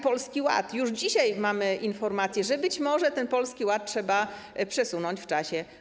Polski Ład - już dzisiaj mamy informacje, że być może ten Polski Ład trzeba przesunąć w czasie.